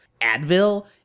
Advil